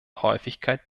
häufigkeit